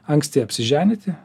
anksti apsiženyti